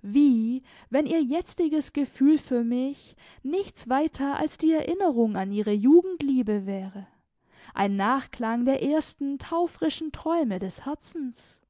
wie wenn ihr jetziges gefühl für mich nichts weiter als die erinnerung an ihre jugendliebe wäre ein nachklang der ersten taufrischen träume des herzens